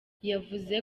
yavuze